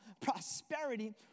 prosperity